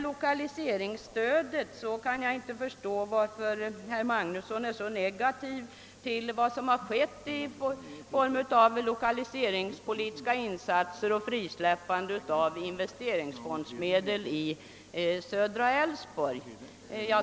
Jag kan inte förstå varför herr Magnusson är så negativ till de lokaliseringspolitiska insatser och det frisläppande av investeringsfondsmedel som har gjorts i södra delen av Älvsborgs län.